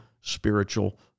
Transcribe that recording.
spiritual